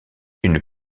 une